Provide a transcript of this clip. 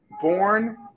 born